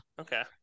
Okay